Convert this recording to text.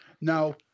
Now